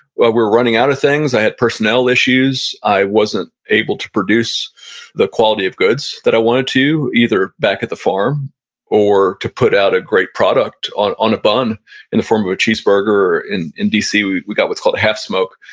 we're we're running out of things. i had personnel issues. i wasn't able to produce the quality of goods that i wanted to either back at the farm or to put out a great product on on a bond in the form of a cheeseburger in in dc. we we got what's called half smoke,